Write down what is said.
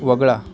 वगळा